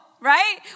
right